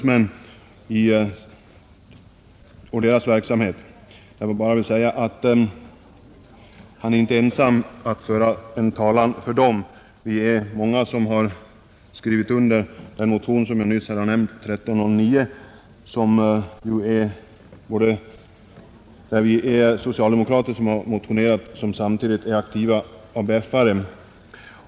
Jag vill bara säga att han inte är ensam om att föra deras talan. Vi är många som har skrivit under motion 1309, som har väckts av en del socialdemokrater som samtidigt är aktiva ABF-are.